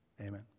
Amen